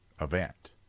event